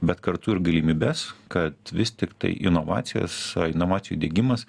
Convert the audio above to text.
bet kartu ir galimybes kad vis tiktai inovacijas inovacijų diegimas